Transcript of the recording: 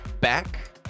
back